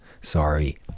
Sorry